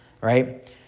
right